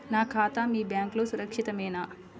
నా ఖాతా మీ బ్యాంక్లో సురక్షితమేనా?